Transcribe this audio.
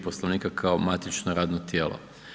Poslovnika kao matično radno tijelo.